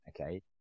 Okay